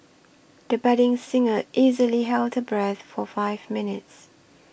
the budding singer easily held her breath for five minutes